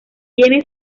tiene